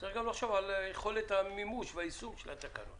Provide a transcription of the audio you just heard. צריך גם לחשוב על יכולת המימוש והיישום של התקנות.